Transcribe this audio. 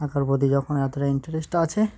আঁকার প্রতি যখন এতটা ইন্টারেস্ট আছে